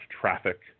traffic